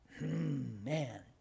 Man